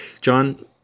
John